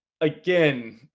again